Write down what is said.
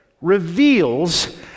reveals